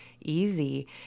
easy